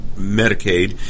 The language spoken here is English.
Medicaid